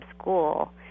school